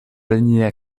l’alinéa